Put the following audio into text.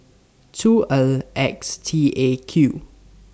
two L X T A Q